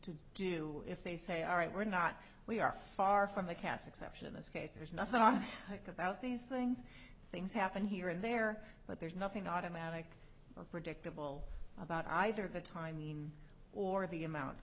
to do if they say all right we're not we are far from the cat's exception in this case there's nothing like about these things things happen here and there but there's nothing automatic or predictable about either the timing or the amount